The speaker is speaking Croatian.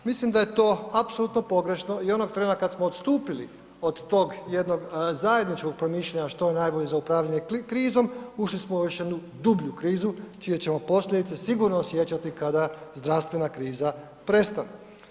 Mislim da je to apsolutno pogrešno i onog trena kad smo odstupili od tog jednog zajedničkog promišljanja što je najbolje za upravljanje krizom, ušli smo u još jednu dublju krizu čije ćemo posljedice sigurno osjećati kada zdravstvena kriza prestane.